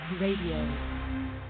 Radio